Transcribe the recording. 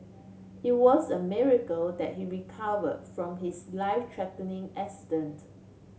it was a miracle that he recover from his life threatening accident